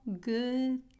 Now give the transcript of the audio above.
good